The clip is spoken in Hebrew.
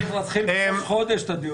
היה צריך להתחיל לפני חודש את הדיונים.